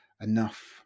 enough